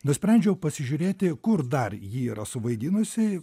nusprendžiau pasižiūrėti kur dar ji yra suvaidinusi